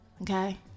Okay